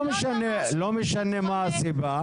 לא משנה מה הסיבה.